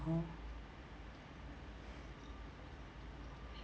hor